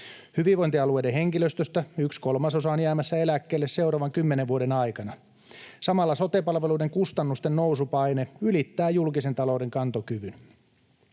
Hyvinvointialueiden henkilöstöstä yksi kolmasosa on jäämässä eläkkeelle seuraavan kymmenen vuoden aikana. Samalla sote-palveluiden kustannusten nousupaine ylittää julkisen talouden kantokyvyn.